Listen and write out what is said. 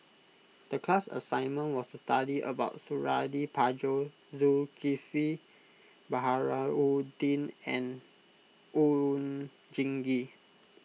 the class assignment was to study about Suradi Parjo Zulkifli Baharudin and Oon Jin Gee